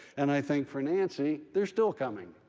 and i think for nancy they're still coming.